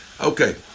Okay